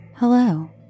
Hello